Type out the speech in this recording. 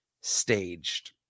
staged